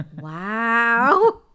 Wow